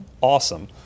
Awesome